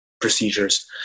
procedures